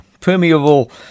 permeable